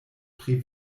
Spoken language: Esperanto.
pri